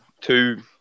two